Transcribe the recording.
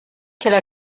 qu’elle